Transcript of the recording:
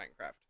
Minecraft